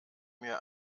mir